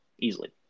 Easily